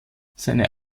seine